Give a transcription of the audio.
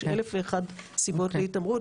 יש אלף ואחת סיבות להתעמרות,